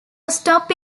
stop